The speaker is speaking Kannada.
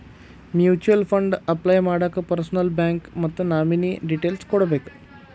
ಮ್ಯೂಚುಯಲ್ ಫಂಡ್ ಅಪ್ಲೈ ಮಾಡಾಕ ಪರ್ಸನಲ್ಲೂ ಬ್ಯಾಂಕ್ ಮತ್ತ ನಾಮಿನೇ ಡೇಟೇಲ್ಸ್ ಕೋಡ್ಬೇಕ್